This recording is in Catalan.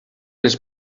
les